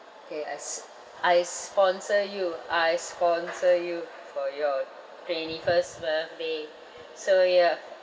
okay I s~ I sponsor you I sponsor you for your twenty first birthday so ya